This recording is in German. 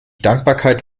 dankbarkeit